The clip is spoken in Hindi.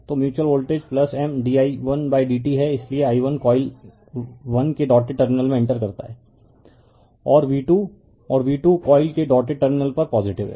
तो म्यूच्यूअल वोल्टेज M di1dt है इसलिए i1 कॉइल 1 के डॉटेड टर्मिनल में इंटर करता और v2 और v2 कॉइल के डॉटेड टर्मिनल पर पॉजिटिव है